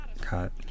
cut